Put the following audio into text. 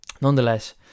nonetheless